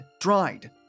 dried